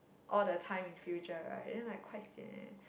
all the time in future right then like quite sian already